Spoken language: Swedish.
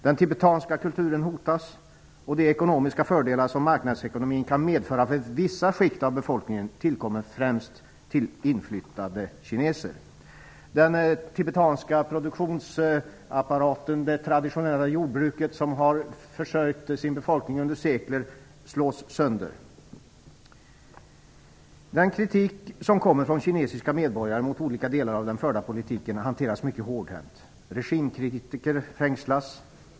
Den tibetanska kulturen hotas, och de ekonomiska fördelar som marknadsekonomin kan medföra för vissa skikt av befolkningen tillkommer främst inflyttade kineser. Den tibetanska produktionsapparaten, det traditionella jordbruket som har försörjt sin befolkning under sekler, slås sönder. Den kritik som kommer från kinesiska medborgare mot olika delar av den förda politiken hanteras mycket hårdhänt. Regimkritiker fängslas.